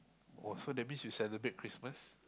!wah! so that means you celebrate Christmas